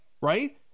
right